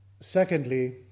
secondly